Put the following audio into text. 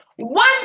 one